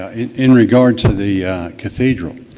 in in regards to the cathedral,